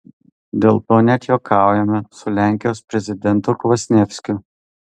dėl to net juokaujame su lenkijos prezidentu kvasnievskiu